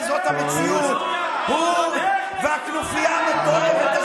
עד כמה שהתקנון מוכר לי,